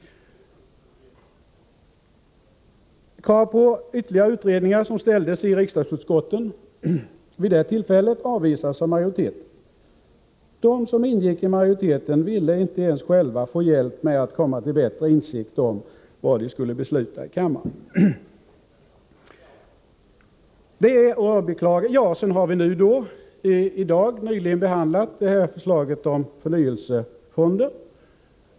Krav på ytterligare utredningar som ställdes i riksdagsutskotten vid det tillfället avvisades av majoriteten. De som ingick i majoriteten ville inte ens själva få hjälp med att komma till bättre insikt om vad de skulle besluta i kammaren. Vi har i dag nyligen behandlat förslaget om förnyelsefonder.